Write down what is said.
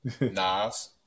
Nas